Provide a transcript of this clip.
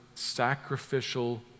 sacrificial